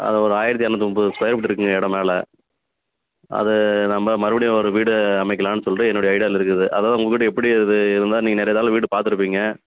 அது ஒரு ஆயிரத்தி எரநூற்றி முப்பது ஸ்கொயர் ஃபீட் இருக்குதுங்க இடம் மேலே அது நம்ம மறுபடியும் ஒரு வீடு அமைக்கலாம்னு சொல்லிட்டு என்னோட ஐடியாவில் இருக்குது அதான் உங்கக்கிட்டே எப்படி அது இருந்தால் நீங்கள் நிறையாதில் வீடு பார்த்துருப்பீங்க